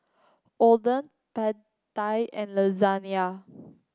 Oden Pad Thai and Lasagna